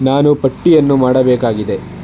ನಾನು ಪಟ್ಟಿಯನ್ನು ಮಾಡಬೇಕಾಗಿದೆ